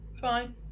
Fine